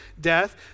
death